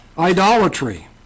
Idolatry